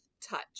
touch